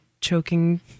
choking